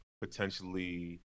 potentially